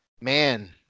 man